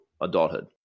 adulthood